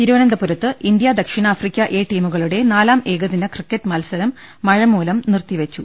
തിരുവനന്തപുരത്ത് ഇന്ത്യ ദക്ഷിണാഫ്രിക്കു എ ടീമുകളുടെ നാലാം ഏകദിന ക്രിക്കറ്റ് മത്സരം മഴ മൂലം നിർത്തിവെച്ചു